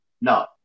No